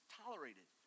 tolerated